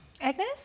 Agnes